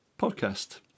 podcast